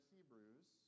Hebrews